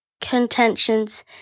contentions